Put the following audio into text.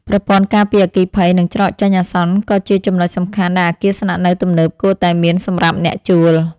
ប្រព័ន្ធការពារអគ្គិភ័យ និងច្រកចេញអាសន្នក៏ជាចំណុចសំខាន់ដែលអគារស្នាក់នៅទំនើបគួរតែមានសម្រាប់អ្នកជួល។